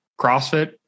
CrossFit